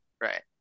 right